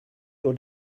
your